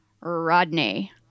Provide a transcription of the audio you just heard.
Rodney